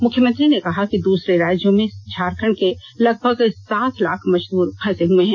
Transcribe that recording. मुख्यमंत्री ने कहा कि दूसरे राज्यों में झारखंड के लगभग सात लाख मजदूर फंसे हुए हैं